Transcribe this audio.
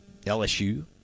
LSU